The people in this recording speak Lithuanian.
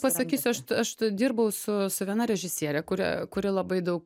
pasakysiu aš t aš t dirbau su su viena režisiere kuria kuri labai daug